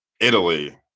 Italy